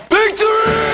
Victory